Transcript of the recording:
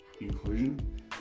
inclusion